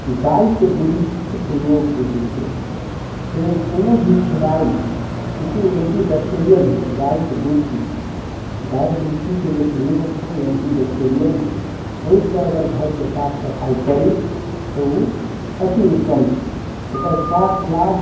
गायके डुबकीके प्रयोग जे होइ छै से कोनो भी फिनाइल चुँकि ओ एन्टीबेक्टेरियल होइ छै गायके डुबकी गाय डुबकीके जे प्रयोग छै ओ एन्टीबेक्टेरियल छै ओइसँ अगर घरकेँ साफ सफाइ करि तऽ उ अति उत्तम छै एकर स्वास्थ लाभ